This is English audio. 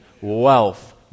wealth